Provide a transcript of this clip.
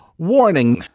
warning,